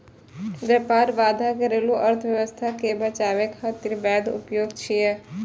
व्यापार बाधा घरेलू अर्थव्यवस्था कें बचाबै खातिर वैध उपाय छियै